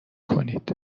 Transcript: کنید